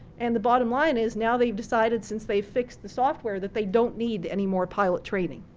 and the bottom line is now they've decided since they fixed the software that they don't need any more pilot training,